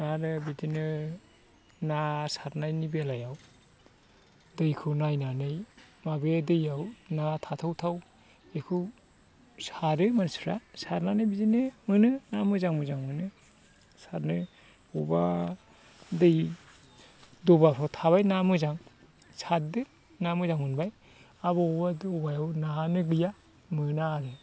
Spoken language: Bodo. आरो बिदिनो ना सारनायनि बेलायाव दैखौ नायनानै बबे दैयाव ना थाथावथाव बेखौ सारो मानसिफोरा सारनानै बिदिनो मोनो ना मोजां मोजां मोनो सारनो बबेयावबा दै दबाफ्राव थाबाय ना मोजां सारदो ना मोजांखौ मोनबाय आरो बबावबा दबायाव नायानो गैया मोना आरो